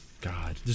God